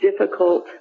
difficult